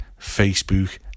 Facebook